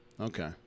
Okay